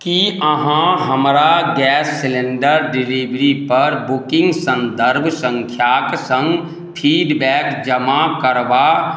की अहाँ हमरा gas cylinder डिलीवरीपर बुकिंग सन्दर्भ सङ्ख्याक सङ्ग फीडबैक जमा करबा